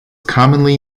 commonly